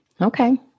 Okay